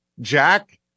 Jack